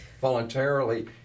voluntarily